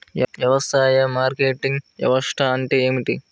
వ్యవసాయ మార్కెటింగ్ వ్యవస్థ అంటే ఏమిటి?